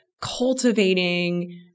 cultivating